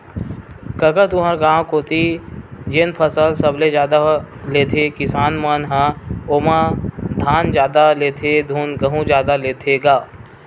कका तुँहर गाँव कोती जेन फसल सबले जादा लेथे किसान मन ह ओमा धान जादा लेथे धुन गहूँ जादा लेथे गा?